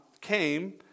came